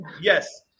Yes